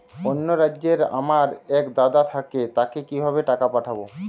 অন্য রাজ্যে আমার এক দাদা থাকে তাকে কিভাবে টাকা পাঠাবো?